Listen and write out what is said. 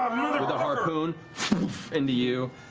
the harpoon into you.